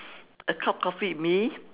a cup of coffee with me